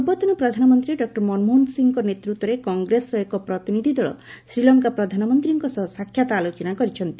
ପୂର୍ବତନ ପ୍ରଧାନମନ୍ତ୍ରୀ ଡକ୍ଟର ମନମୋହନ ସିଂହଙ୍କ ନେତୃତ୍ୱରେ କଂଗ୍ରେସର ଏକ ପ୍ରତିନିଧି ଦଳ ଶ୍ରୀଲଙ୍କା ପ୍ରଧାନମନ୍ତ୍ରୀଙ୍କ ସହ ସାକ୍ଷାତ୍ ଆଲୋଚନା କରିଛନ୍ତି